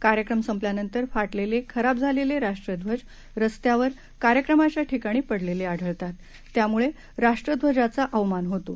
कार्यक्रम संपल्यानंतर फाटलेले खराब झालेले राष्ट्रध्वज रस्त्यावर कार्यक्रमाच्या ठिकाणी पडलेले आढळतात त्यामुळे राष्ट्रध्वजाचा अवमान होतो